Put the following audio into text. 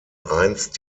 einst